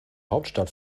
hauptstadt